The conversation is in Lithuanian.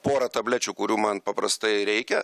pora tablečių kurių man paprastai reikia